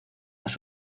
las